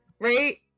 right